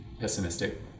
pessimistic